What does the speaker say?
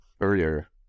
earlier